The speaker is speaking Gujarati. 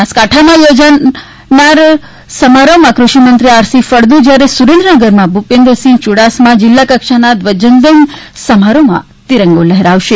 બનાસકાંઠામાં યોજાનાર ક્રષિમંત્રી આર સી ફળદુ જ્યારે સુરેન્દ્રનગરમાં ભૂપેન્દ્રસિંહ યુડાસમા જિલ્લા કક્ષાના ધ્વજવંદન સમારોહમાં તિરંગો લહેરાવશે